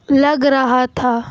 لگ رہا تھا